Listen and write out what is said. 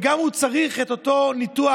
גם אם צריך את אותו ניתוח,